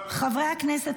חברי הכנסת,